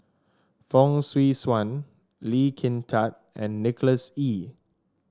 Fong Swee Suan Lee Kin Tat and Nicholas Ee